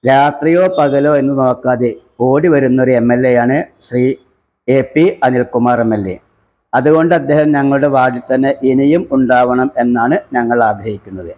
രാത്രിയോ പകലോ എന്നു നോക്കാതെ ഓടിവരുന്ന ഒരെമ്മല്ലേ ആണ് Shri A P Anilkumar MLA അതുകൊണ്ട് അദ്ദേഹം ഞങ്ങു വാര്ഡില്ത്തന്നെ ഇനിയും ഉണ്ടാകണം എന്നാണ് ഞങ്ങളാഗ്രഹിക്കുന്നത്